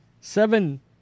Seven